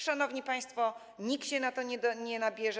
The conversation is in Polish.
Szanowni państwo, nikt się na to nie nabierze.